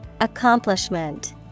Accomplishment